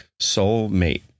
soulmate